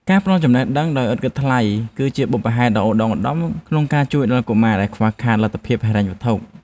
ការផ្តល់ចំណេះដឹងដោយឥតគិតថ្លៃ គឺជាបុព្វហេតុដ៏ឧត្តុង្គឧត្តមក្នុងការជួយដល់កុមារដែលខ្វះខាតលទ្ធភាពហិរញ្ញវត្ថុ។